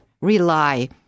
rely